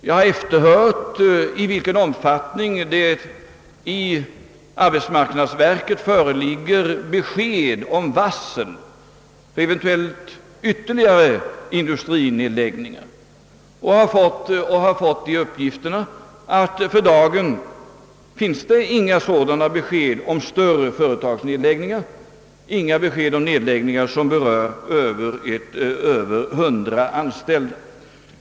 Jag har efterhört i vilken omfattning det till arbetsmarknadsverket inrapporterats varsel om ytterligare industrinedläggningar och har fått uppgiften att det för dagen inte finns några besked om nedläggningar som berör över 100 anställda.